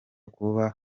kuba